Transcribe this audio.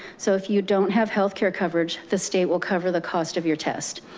so if you don't have health care coverage, the state will cover the cost of your test.